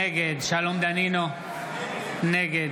נגד שלום דנינו, נגד